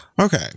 Okay